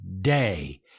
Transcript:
day